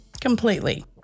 completely